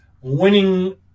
winning